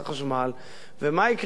ומה יקרה אם חלילה פתאום,